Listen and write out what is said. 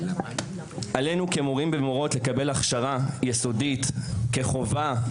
עלינו, כמורים ומורות, לקבל הכשרה יסודית, כחובה.